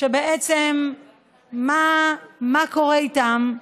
שבעצם מה קורה איתם?